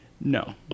no